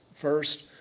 first